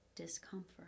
discomfort